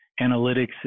analytics